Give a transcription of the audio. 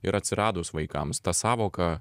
ir atsiradus vaikams ta sąvoka